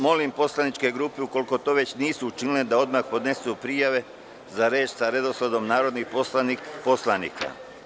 Molim poslaničke grupe, ukoliko to već nisu učinile, da odmah podnesu prijave za reč sa redosledom narodnih poslanika.